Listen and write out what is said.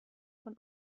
von